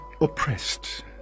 oppressed